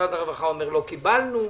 משרד הרווחה אומר: לא קיבלנו.